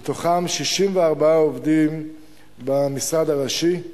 מתוכם 64 עובדים במשרד הראשי,